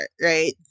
right